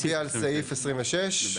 בעד 2 נגד 4 ההסתייגות לא התקבלה.